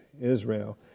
Israel